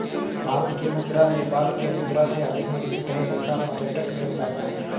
भारत की मुद्रा नेपाल के मुद्रा से अधिक मजबूत है ऐसा पर्यटक ने बताया